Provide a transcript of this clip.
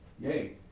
Yay